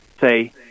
say